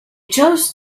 chose